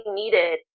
needed